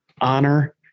honor